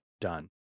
done